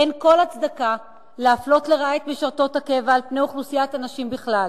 אין כל הצדקה להפלות לרעה את משרתות הקבע על פני אוכלוסיית הנשים בכלל.